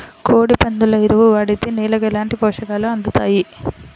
కోడి, పందుల ఎరువు వాడితే నేలకు ఎలాంటి పోషకాలు అందుతాయి